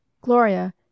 Gloria